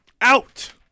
out